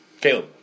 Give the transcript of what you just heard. Caleb